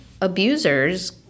abusers